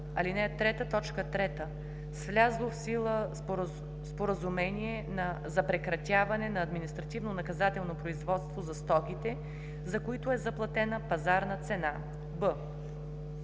3, т. 3 – с влязло в сила споразумение за прекратяване на административнонаказателно производство за стоките, за които е заплатена пазарна цена.”;